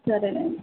సరేనండి